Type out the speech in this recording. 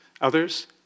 Others